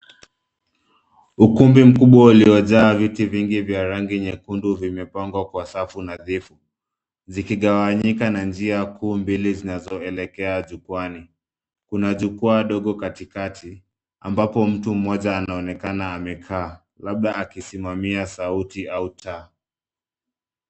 Ukumbi mkubwa uliojaa viti vingi vya rangi nyekundu vimepangwa kwa safu nadhifu zikigawanyika na njia kuu mbili zinazoelekea jukwaani. Kuna jukwaa dogo kati kati ambapo mtu mmoja anaonekana amekaa labda akisimamia sauti au taa.